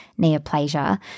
neoplasia